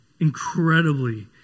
incredibly